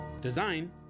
Design